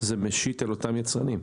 זה משית על אותם יצרנים?